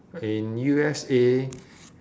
in U_S_A